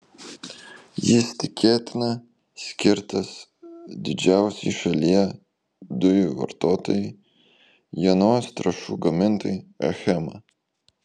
jis tikėtina skirtas didžiausiai šalyje dujų vartotojai jonavos trąšų gamintojai achema